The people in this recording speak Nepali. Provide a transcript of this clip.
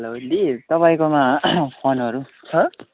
हेलो दी तपाईँकोमा फोनहरू छ